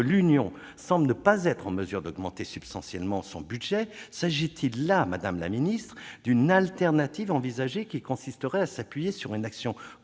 l'Union semble ne pas être en mesure d'augmenter substantiellement son budget, s'agit-il là, madame la secrétaire d'État, d'une alternative envisagée, qui consisterait à s'appuyer sur une action